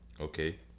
Okay